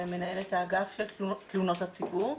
ומנהלת האגף של תלונות הציבור.